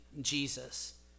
Jesus